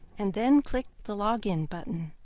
and then click the login button.